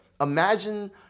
Imagine